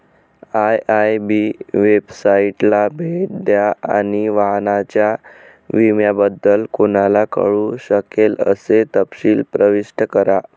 IIB वेबसाइटला भेट द्या आणि वाहनाच्या विम्याबद्दल कोणाला कळू शकेल असे तपशील प्रविष्ट करा